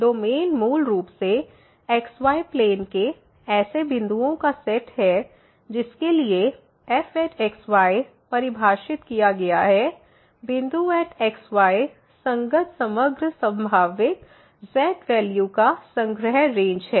domain मूल रूप से x y प्लेन के ऐसे बिंदुओं x y का सेट है जिसके लिए fxy परिभाषित किया गया है बिंदु x y संगत समग्र संभावित z वैल्यू का संग्रह रेंज है